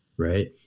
right